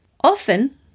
Often